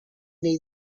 nei